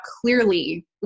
clearly